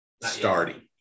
starting